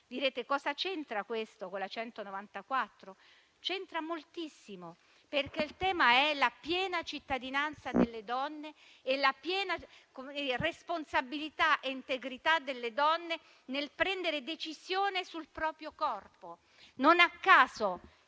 Chiederete: cosa c'entra questo con la 194? C'entra moltissimo, perché il tema è la piena cittadinanza delle donne e la piena responsabilità e integrità delle donne nel prendere decisioni sul proprio corpo. Non a caso